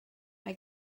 mae